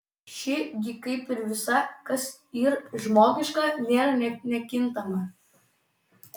ši gi kaip ir visa kas yr žmogiška nėra nekintama